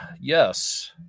Yes